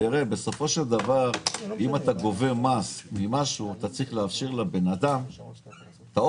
אם גובים מס עבור משהו צריך לאפשר לאדם אופציה,